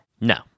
No